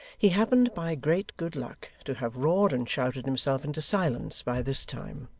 he happened by great good luck to have roared and shouted himself into silence by this time.